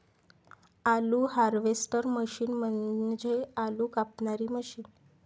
आलू harvester machine म्हणजे आलू कापणारी मशीन